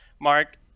Mark